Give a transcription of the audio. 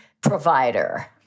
provider